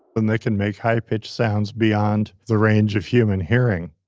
and they can make high-pitched sounds beyond the range of human hearing.